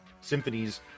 symphonies